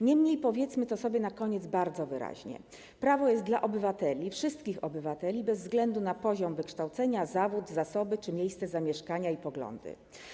Niemniej powiedzmy to sobie na koniec bardzo wyraźnie: prawo jest dla obywateli, wszystkich obywateli bez względu na poziom wykształcenia, zawód, zasoby czy miejsce zamieszkania i poglądy.